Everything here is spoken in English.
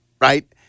right